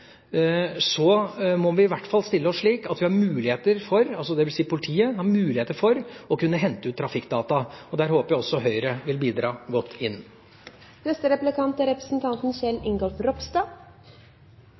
må vi i hvert fall stille oss slik at politiet har muligheter for å kunne hente ut trafikkdata. Der håper jeg også Høyre vil bidra. Eg blei veldig ivrig etter å ta ordet etter å ha høyrt replikkvekslinga mellom representanten